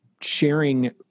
sharing